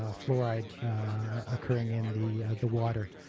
ah fluoride occurring in the the water,